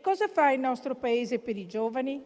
Cosa fa il nostro Paese per i giovani?